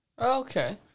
Okay